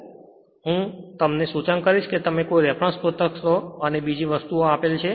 અને તે માટે હું તમને સૂચન કરીશ કે તમે કોઈ રેફરન્સ પુસ્તક લો અને બીજી વસ્તુઓ આપેલ છે